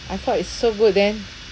I thought it's so good then